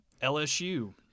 LSU